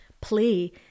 play